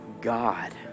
God